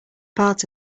part